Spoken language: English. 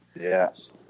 yes